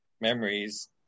memories